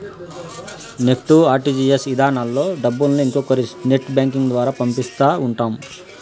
NEFT, RTGS ఇధానాల్లో డబ్బుల్ని ఇంకొకరి నెట్ బ్యాంకింగ్ ద్వారా పంపిస్తా ఉంటాం